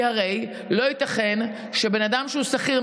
כי הרי לא ייתכן שבן אדם שהוא שכיר,